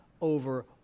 Over